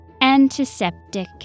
antiseptic